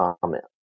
comment